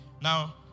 Now